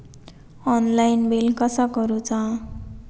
Online bill कसा करुचा?